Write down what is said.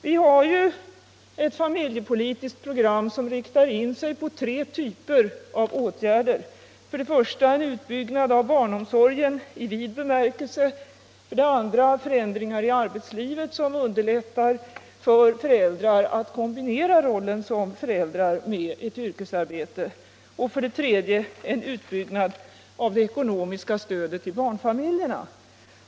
Vi har ju ett familjepolitiskt program som riktar in sig på tre typer av åtgärder: för det första en utbyggnad av barnomsorgen i vid bemärkelse, för det andra förändringar i arbetslivet, som underlättar för föräldrar att kombinera rollen som förälder med ett yrkesarbete, och för det tredje en utbyggnad av det ekonomiska stödet till barnfamiljerna.